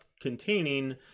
containing